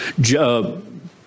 Job